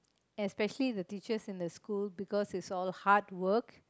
especially the teachers in the school because is all hard work